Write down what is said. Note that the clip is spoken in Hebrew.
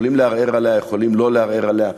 יכולים לערער עליה, יכולים שלא לערער עליה.